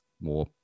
more